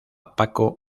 paco